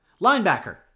Linebacker